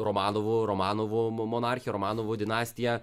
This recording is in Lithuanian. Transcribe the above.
romanovų romanovų mo monarchija romanovų dinastija